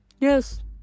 Yes